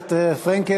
הכנסת זאב.